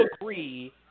agree